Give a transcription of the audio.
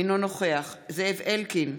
אינו נוכח זאב אלקין,